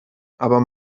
aber